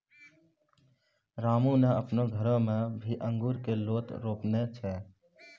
रामू नॅ आपनो घरो मॅ भी अंगूर के लोत रोपने छै